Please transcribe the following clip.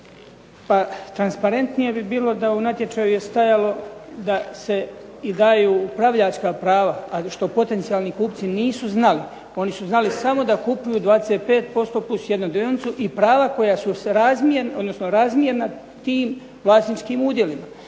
Pa transparentnije bi bilo da u natječaju je stajalo da se i daju upravljačka prava, a što potencijalni kupci nisu znali. Oni su znali samo da kupuju 25% plus 1 dionicu i prava koja su razmjerna tim vlasničkim udjelima.